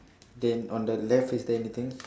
then on the left is there anything